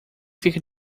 fica